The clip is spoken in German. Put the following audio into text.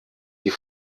die